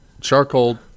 charcoal